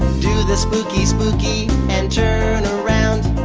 do the spooky spooky and turn around